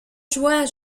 joie